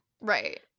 Right